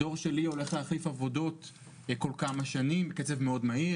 הדור שלי הולך להחליף עבודות כל כמה שנים בקצב מהיר מאוד.